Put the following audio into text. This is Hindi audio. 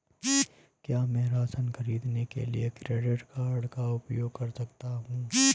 क्या मैं राशन खरीदने के लिए क्रेडिट कार्ड का उपयोग कर सकता हूँ?